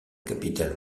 capitale